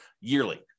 yearly